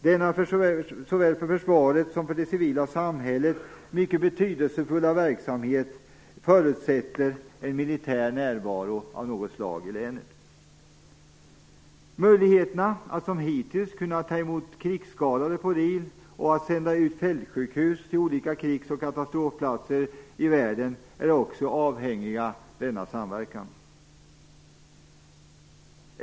Denna såväl för försvaret som för det civila samhället mycket betydelsefulla verksamhet förutsätter en militär närvaro av något slag i länet. Möjligheterna att som hittills kunna ta emot krigsskadade på Regionsjukhuset i Linköping och att sända ut fältsjukhus till olika krigs och katastrofplatser i världen är också avhängiga denna samverkan.